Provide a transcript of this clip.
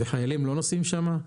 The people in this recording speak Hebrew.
וחיילים לא נוסעים שם?